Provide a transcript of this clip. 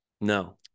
no